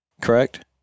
correct